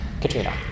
Katrina